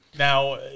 Now